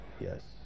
Yes